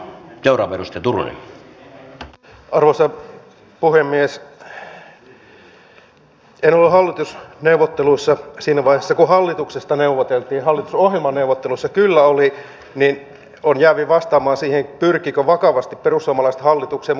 en ollut hallitusneuvotteluissa siinä vaiheessa kun hallituksesta neuvoteltiin hallitusohjelmaneuvotteluissa kyllä olin niin että olen jäävi vastaamaan siihen pyrkikö perussuomalaiset vakavasti hallitukseen mutta hallituksessa olemme